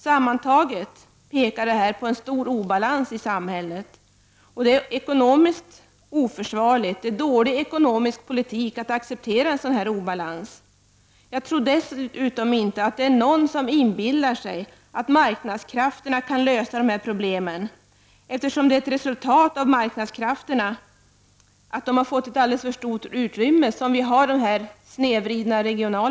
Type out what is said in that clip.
Sammantaget pekar det här på en stor obalans i samhället. Det är ekonomiskt oförsvarligt, det är dålig ekonomisk politik att acceptera en sådan obalans. Jag tror dessutom inte att någon inbillar sig att marknadskrafterna kan lösa de här problemen, eftersom de regionala obalanserna är ett resultat av att marknadskrafterna har fått ett alldeles för stort utrymme.